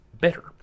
better